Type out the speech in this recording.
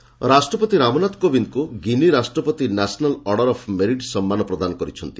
president Guinea ରାଷ୍ଟ୍ରପତି ରାମନାଥ କୋବିନ୍ଦଙ୍କୁ Guinea ରାଷ୍ଟ୍ରପତି ନ୍ୟାସନାଲ୍ ଅଡର ଅଫ୍ ମେରିଟ୍ ସମ୍ମାନ ପ୍ରଦାନ କରିଛନ୍ତି